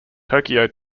tokyo